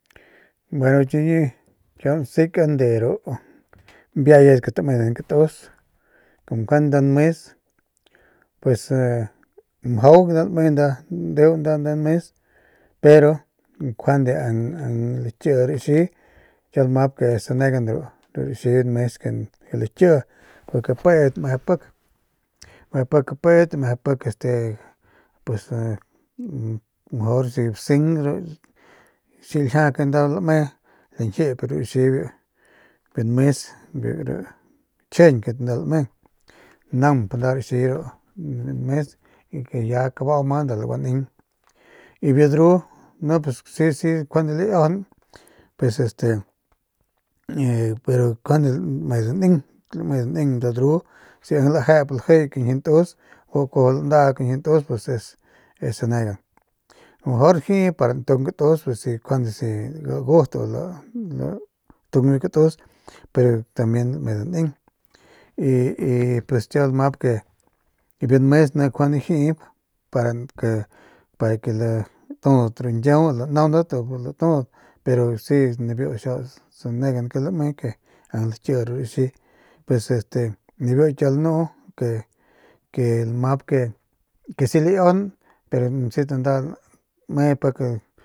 Gueno chiñi kiau nsekan de ru mbiayat ke tamedan katus como njuande nda nmes pues mjau nda lame nda landeu nda nmes pero njuande in lakii raxi kiau lamap sanegan ru raxi nmes ke lakii porke peut meje pik meje pik apeut meje pik si baseng ru xiljia ke nda lame lañjip ru raxi de biu nmes ru chjijiñ namp nda ru raxi biu nmes y ke ya kabau ma nda gualeng y y biu dru si njuande laiajaun pues este njuande lame daneng lame daneng si lajep lajiy biu kañjiuy ntus bu kuajau landaa kañjiuyp ntus pues es sanegan a lo mejor jip pa ntung katus si lagut si lantung biu katus pero tambien lame daneng y y kiau lamap ke biu nmes ni njuande jip para ke para ke latudat ru ñkiau lanaundat u latudat pero si nibiu xiau sanegan ke lame si ke ing lakii ru raxi pues este nibiu kiau lanu ke lamap ke si laiajaung pero necesita ke nda lame pik.